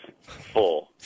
full